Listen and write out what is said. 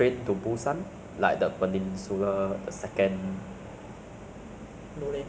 you know like online websites to release or Netflix to release these uh